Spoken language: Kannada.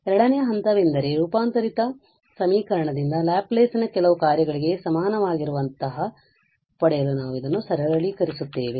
ಎರಡನೆಯ ಹಂತವೆಂದರೆ ರೂಪಾಂತರಿತ ಸಮೀಕರಣದಿಂದ ಲ್ಯಾಪ್ಲೇಸ್ ನ ಕೆಲವು ಕಾರ್ಯಗಳಿಗೆ ಸಮನಾಗಿರುವಂತಹ ಪಡೆಯಲು ನಾವು ಇದನ್ನು ಸರಳೀಕರಿಸುತ್ತೇವೆ